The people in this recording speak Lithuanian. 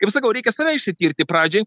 ir sakau reikia save išsitirti pradžiai